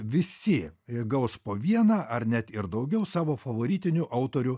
visi gaus po vieną ar net ir daugiau savo favoritinių autorių